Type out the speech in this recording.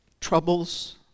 Troubles